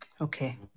Okay